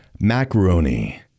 Macaroni